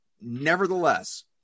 nevertheless